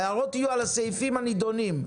ההערות יהיו על הסעיפים הנדונים.